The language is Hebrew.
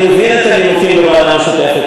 אני מבין את הנימוקים לוועדה משותפת,